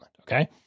okay